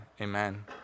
Amen